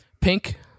Pink